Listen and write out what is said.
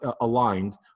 aligned